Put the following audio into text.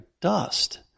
dust